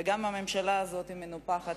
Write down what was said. וגם אם הממשלה הזאת היא מנופחת,